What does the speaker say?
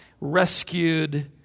rescued